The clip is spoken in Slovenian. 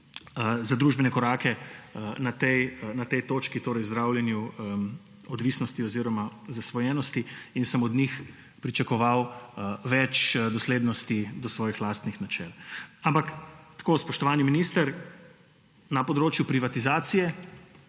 za družbene korake na tej točki, torej zdravljenje odvisnosti oziroma zasvojenosti, in sem od njih pričakoval več doslednosti do svojih lastnih načel. Spoštovani minister, na področju privatizacije